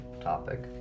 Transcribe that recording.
topic